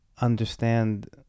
understand